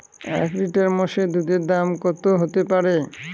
এক লিটার মোষের দুধের দাম কত হতেপারে?